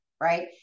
Right